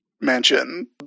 Mansion